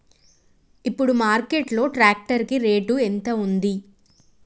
ఇప్పుడు మార్కెట్ లో ట్రాక్టర్ కి రేటు ఎంత ఉంది?